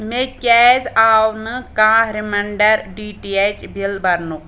مےٚ کیٛاز آو نہٕ کانٛہہ ریمنانڑر ڈی ٹی ایٚچ بِل برنُک